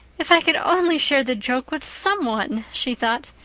if i could only share the joke with some one! she thought.